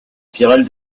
spirale